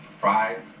pride